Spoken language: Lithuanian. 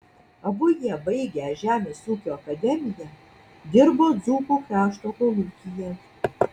abu jie baigę žemės ūkio akademiją dirbo dzūkų krašto kolūkyje